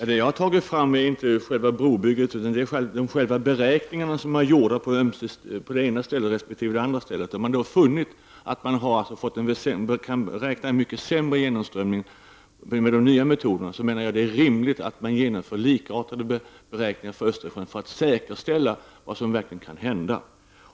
Herr talman! Jag har inte tagit upp frågan om själva brobygget utan de beräkningar som har gjorts på det ena resp. det andra stället. Där har man funnit att vi kan räkna med mycket sämre genomvattströmning. Då är det rimligt att man gör likartade beräkningar för Östersjön för att säkerställa vad som verkligen kan hända.